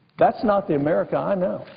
that's not the america i know.